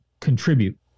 contribute